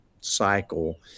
cycle